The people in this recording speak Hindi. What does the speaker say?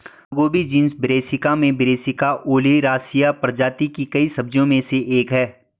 फूलगोभी जीनस ब्रैसिका में ब्रैसिका ओलेरासिया प्रजाति की कई सब्जियों में से एक है